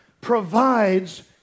provides